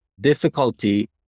difficulty